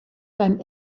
beim